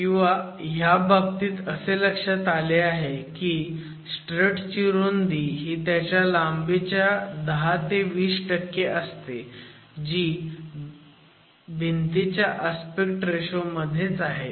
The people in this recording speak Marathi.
किंवा ह्या बाबतीत हे लक्षात आले आहे की स्ट्रट ची रुंदी ही त्याच्या लांबीच्या 10 ते 20 असते जी भिंतीच्या अस्पेक्ट रेशो मध्येच आहे